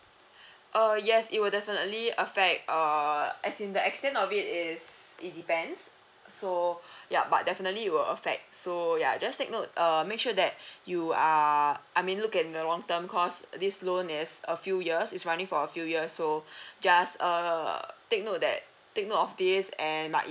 uh yes it will definitely affect uh as in the extent of it is it depends so yup but definitely will affect so ya just take note err make sure that you are uh I mean look at in the long term because this loan is a few years is running for a few years so just err take note that take note of this and like